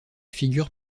figure